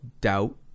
doubt